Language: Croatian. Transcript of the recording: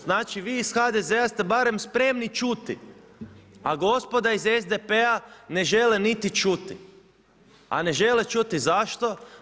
Znači vi iz HDZ-a ste barem spremni čuti, a gospoda iz SDP-a ne žele niti čuti, a ne žele čuti zašto?